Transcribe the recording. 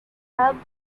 helped